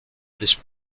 this